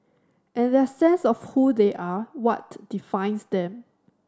and their sense of who they are what defines them